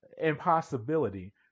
impossibility